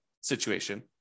situation